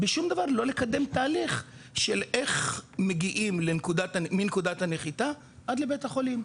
בשום דבר לא לקדם תהליך של איך מגיעים מנקודת הנחיתה עד לבית החולים,